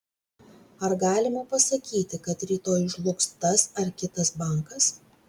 ar galima pasakyti kad rytoj žlugs tas ar kitas bankas